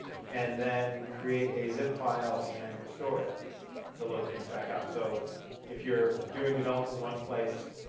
and then create a zip file and restore it to load things back up. so if you're doing develop in one place,